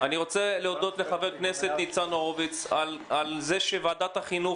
להודות לחבר הכנסת ניצן הורוביץ על כך שוועדת החינוך